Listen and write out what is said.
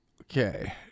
Okay